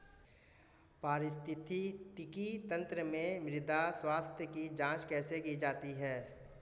पारिस्थितिकी तंत्र में मृदा स्वास्थ्य की जांच कैसे की जाती है?